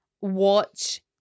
watch